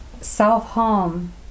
self-harm